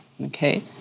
okay